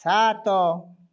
ସାତ